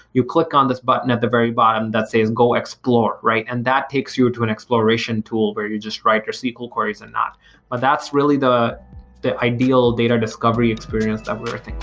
you click on this button at the very bottom that says, go explore, and that takes you to an exploration tool where you just write your sql queries or not. but that's really the the ideal data discovery experience that we're thinking